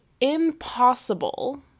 Impossible